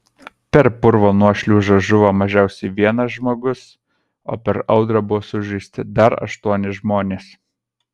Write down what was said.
per purvo nuošliaužą žuvo mažiausiai vienas žmogus o per audrą buvo sužeisti dar aštuoni žmonės